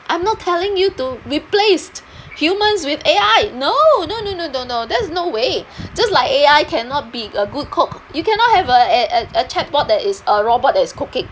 I'm not telling you to replace humans with A_I no no no no no no there's no way just like A_I cannot be a good cook you cannot have a a a chatbot that is a robot that is cooking